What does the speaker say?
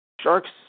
Sharks